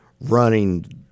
running